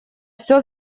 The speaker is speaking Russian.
все